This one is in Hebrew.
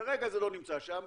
כרגע זה לא נמצא שם,